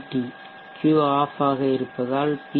D Q off ஆக இருப்பதால் B